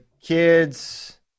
kids